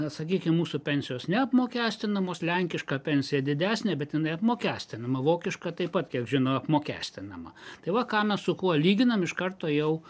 na sakykim mūsų pensijos neapmokestinamos lenkiška pensija didesnė bet jinai apmokestinama vokiška taip pat kiek žinau apmokestinama tai va ką mes su kuo lyginam iš karto jau